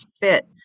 fit